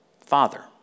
Father